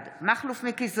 מכלוף מיקי זוהר,